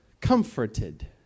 comforted